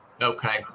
Okay